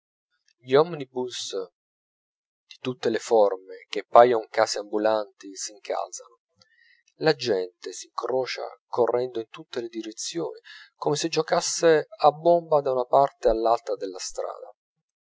gli omnibus di tutte le forme che paion case ambulanti s'incalzano la gente s'incrocia correndo in tutte le direzioni come se giocasse a bomba da una parte all'altra della strada